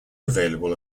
available